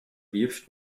wirft